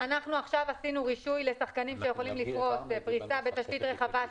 אנחנו עכשיו עשינו רישוי לשחקנים שיכולים לפרוס בפריסה בתשתית רחבה.